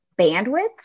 bandwidth